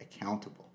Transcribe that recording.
accountable